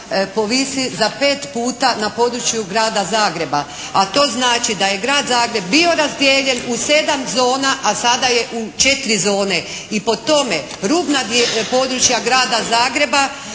povisi za 5 puta na području grada Zagreba a to znači da je grad Zagreb bio razdijeljen u 7 zona a sada je u 4 zone. I prema tome rubna područja grada Zagreba